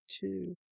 two